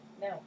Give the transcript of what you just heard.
No